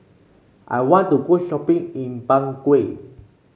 I want to go shopping in Bangui